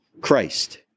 Christ